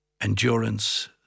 endurance